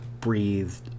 breathed